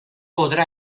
podrà